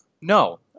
No